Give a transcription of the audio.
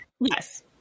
Yes